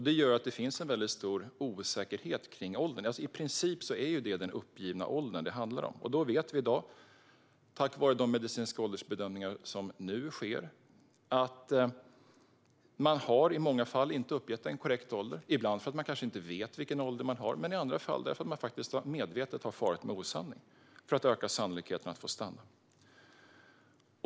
Det gör att det finns en stor osäkerhet vad gäller åldern. Det är den ålder man uppgett det handlar om. I dag vet vi, tack vare de medicinska åldersbedömningar som nu sker, att man i många fall inte har uppgett en korrekt ålder, ibland därför att man kanske inte vet vilken ålder man har men i andra fall därför att man medvetet har farit med osanning för att öka sannolikheten för att få stanna.